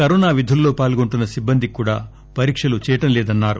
corona విధుల్లో పాల్గొంటున్న సిబ్బందికి కూడా పరీక్షలు చేయట్లేదన్నారు